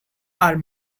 are